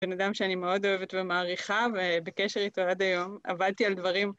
בן אדם שאני מאוד אוהבת ומעריכה, ובקשר איתו עד היום, עבדתי על דברים.